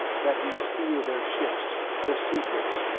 that we'd steal their ships, their secrets,